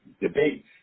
debates